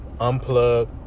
unplug